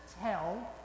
tell